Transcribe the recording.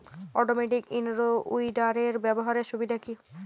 Automatic in row উইডারের ব্যবহারের সুবিধা কি?